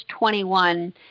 21